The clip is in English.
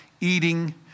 eating